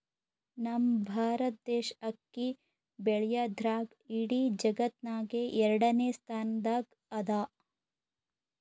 ನಮ್ ಭಾರತ್ ದೇಶ್ ಅಕ್ಕಿ ಬೆಳ್ಯಾದ್ರ್ದಾಗ್ ಇಡೀ ಜಗತ್ತ್ನಾಗೆ ಎರಡನೇ ಸ್ತಾನ್ದಾಗ್ ಅದಾ